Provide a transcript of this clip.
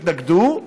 התנגדו.